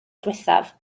diwethaf